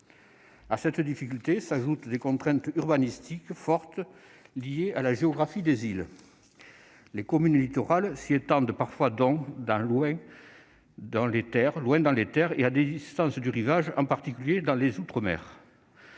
À cette difficulté s'ajoutent des contraintes urbanistiques fortes liées à la géographie des îles : les communes littorales s'y étendent parfois loin dans les terres et à distance du rivage, en particulier dans les outre-mer.